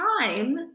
time